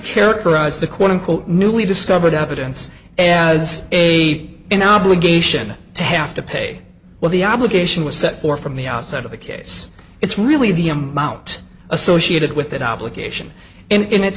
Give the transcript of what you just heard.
characterize the quote unquote newly discovered evidence as a an obligation to have to pay well the obligation was set for from the outset of the case it's really the amount associated with that obligation and